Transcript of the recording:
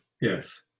yes